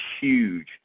huge